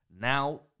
Now